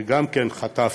שגם חטף,